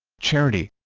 charity